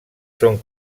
són